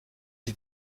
sie